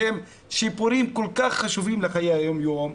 שהם שיפורים כל כך חשובים לחיי היום יום,